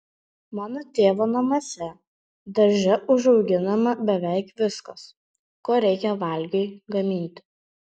mano tėvo namuose darže užauginama beveik viskas ko reikia valgiui gaminti